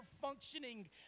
functioning